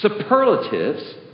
Superlatives